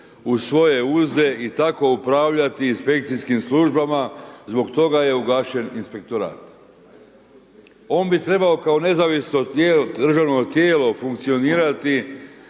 u svoje uzde i tako opravljati inspekcijskim službama zbog toga je ugašen inspektorat. On bi trebao kao nezavisno državno tijelo funkcionirati